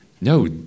No